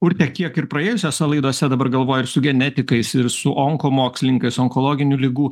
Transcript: urte kiek ir praėjusiose laidose dabar galvoju ir su genetikais ir su onko mokslininkais onkologinių ligų